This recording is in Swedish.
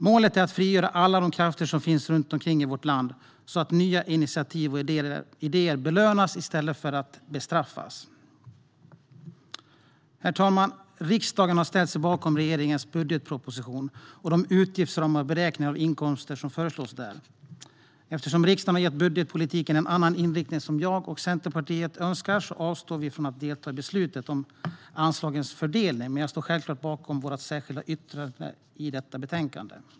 Målet är att frigöra alla de krafter som finns runt om i vårt land, så att nya initiativ och idéer belönas i stället för att bestraffas. Herr talman! Riksdagen har ställt sig bakom regeringens budgetproposition och de utgiftsramar och beräkningar av inkomster som föreslås där. Eftersom riksdagen har gett budgetpolitiken en annan inriktning än den jag och Centerpartiet önskar avstår vi från att delta i beslutet om anslagens fördelning, men jag står självklart bakom vårt särskilda yttrande i detta betänkande.